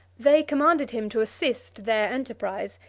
they commanded him to assist their enterprise,